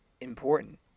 important